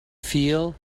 feel